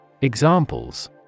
Examples